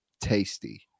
tasty